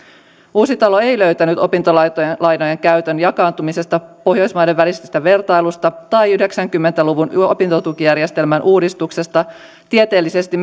uusitalo ei löytänyt opintolainojen käytön jakaantumisesta pohjoismaiden välisistä vertailuista tai yhdeksänkymmentä luvun opintotukijärjestelmän uudistuksesta tieteellisesti